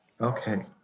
Okay